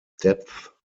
depth